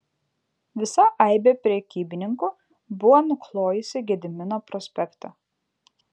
visa aibė prekybininkų buvo nuklojusi gedimino prospektą